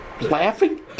laughing